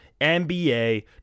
NBA